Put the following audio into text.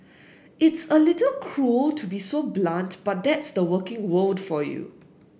it's a little cruel to be so blunt but that's the working world for you